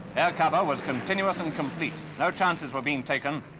air cover was continuous and complete. no chances were being taken,